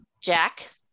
Jack